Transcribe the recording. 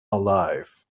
alive